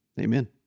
Amen